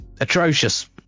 atrocious